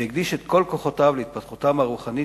והקדיש את כל כוחותיו להתפתחותם הרוחנית